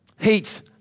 Heat